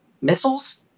missiles